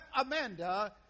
Amanda